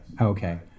Okay